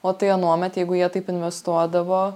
o tai anuomet jeigu jie taip investuodavo